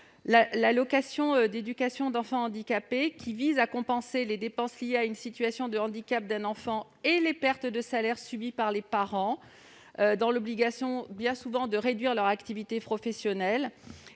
L'allocation d'éducation de l'enfant handicapé vise à compenser les dépenses liées à une situation de handicap d'un enfant et les pertes de salaires subies par les parents, qui sont bien souvent dans l'obligation de réduire leur activité professionnelle.